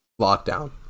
Lockdown